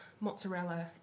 mozzarella